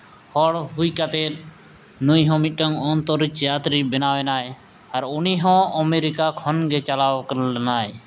ᱦᱚᱲ ᱦᱩᱭ ᱠᱟᱛᱮᱫ ᱱᱩᱭ ᱦᱚᱸ ᱢᱤᱫᱴᱮᱡ ᱚᱱᱛᱚᱨᱤᱡᱭᱟᱛᱨᱤᱡ ᱵᱮᱱᱟᱣ ᱮᱱᱟᱭ ᱟᱨ ᱩᱱᱤ ᱦᱚᱸ ᱟᱢᱮᱨᱤᱠᱟ ᱠᱷᱚᱱ ᱜᱮ ᱪᱟᱞᱟᱣ ᱞᱮᱱᱟᱭ